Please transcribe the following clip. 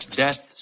death